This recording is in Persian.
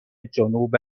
جنوب